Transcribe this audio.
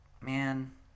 man